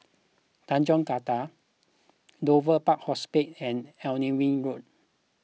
Tanjong Katong Dover Park Hospice and Alnwick Road